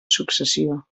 successió